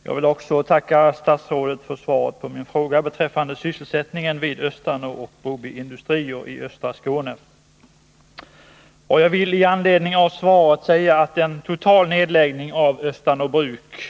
en vid Östanå Herr talman! Jag vill tacka för svaret på min fråga beträffande sysselsättbruk och Broby ningen vid Östanå bruk och Broby industrier i östra Skåne. Jag vill med anledning av svaret säga att en total nedläggning av Östanå bruk